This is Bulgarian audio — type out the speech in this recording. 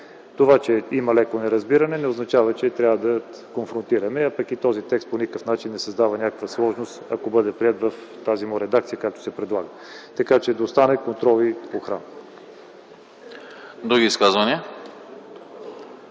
Това, че има леко неразбиране не означава, че трябва да се конфронтираме, а пък и този текст по никакъв начин не създава някаква сложност, ако бъде приет в тази му редакция, която се предлага. Нека да остане – контрол и охрана.